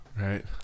right